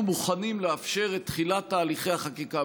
מוכנים לאפשר את תחילת תהליכי החקיקה,